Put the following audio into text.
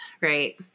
right